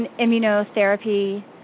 immunotherapy